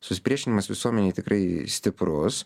susipriešinimas visuomenėj tikrai stiprus